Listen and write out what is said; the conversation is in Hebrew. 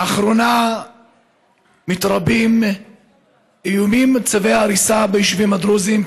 לאחרונה מתרבים איומים לצווי הריסה ביישובים הדרוזיים,